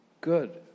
good